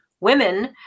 women